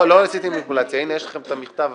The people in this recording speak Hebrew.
לא עשיתי מניפולציה, הנה, יש לכם את המכתב אפילו.